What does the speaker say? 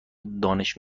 دانش